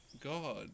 God